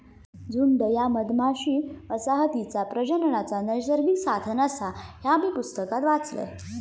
झुंड ह्या मधमाशी वसाहतीचा प्रजननाचा नैसर्गिक साधन आसा, ह्या मी पुस्तकात वाचलंय